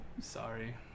Sorry